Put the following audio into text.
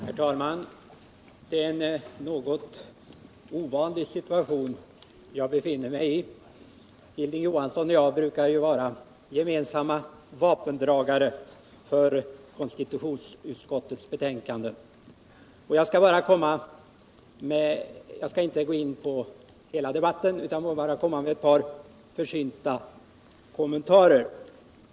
Herr talman! Det är en något ovanlig situation som jag befinner mig i. Hilding Johansson och jag brukar ju tillsammans vara vapendragare för konstitutionsutskottets betänkanden. Jag skall inte gå in på hela debatten utan bara framföra ett par försynta kommentarer.